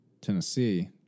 Tennessee